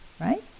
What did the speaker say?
right